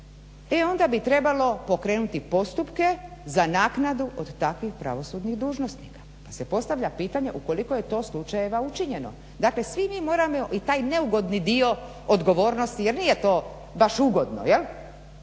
e onda bi trebalo pokrenuti postupke za naknadu od takvih pravosudnih dužnosnika. Pa se postavlja pitanje u koliko je to slučajeva učinjeno. Dakle svi mi moramo i taj neugodni dio odgovornosti jer nije to baš ugodno jel,